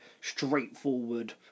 straightforward